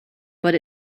but